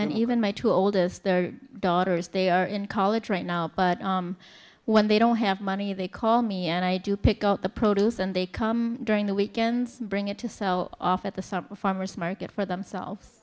and even my two oldest daughters they are in college right now but when they don't have money they call me and i do pick up the produce and they come during the weekends bring it to sell off at the farmer's market for themselves